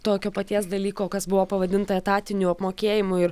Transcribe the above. tokio paties dalyko kas buvo pavadinta etatiniu apmokėjimu ir